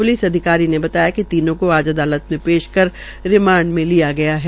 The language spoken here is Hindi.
प्लिस अधिकारी ने बताया कि तीनों को आज अदालत में पेश कर रिमांड पर लिया गया है